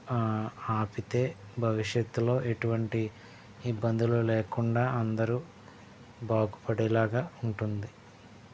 ఆపితే భవిష్యత్తులో ఎటువంటి ఇబ్బందులు లేకుండా అందరు బాగుపడేలాగా ఉంటుంది